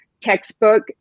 textbook